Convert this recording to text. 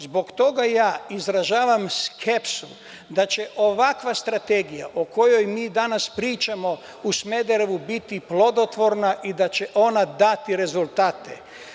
Zbog toga izražavam skepsu da će ovakva strategija o kojoj danas pričamo, u Smederevu biti plodotvorna i da će ona dati rezultati.